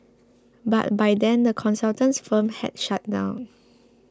but by then the consultant's firm had shut down